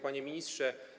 Panie Ministrze!